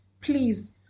please